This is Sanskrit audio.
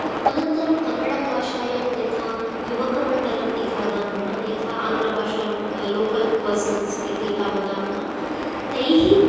अनन्तरं कन्नड़भाषायं यथा युवकमण्डलं इति वदामः यथा आङ्गलभाषायां लोकल् पर्सन्स् इति यदा वदामः तैः